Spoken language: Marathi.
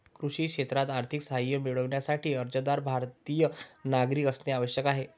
कृषी क्षेत्रात आर्थिक सहाय्य मिळविण्यासाठी, अर्जदार भारतीय नागरिक असणे आवश्यक आहे